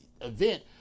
event